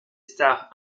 stars